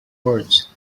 words